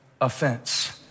offense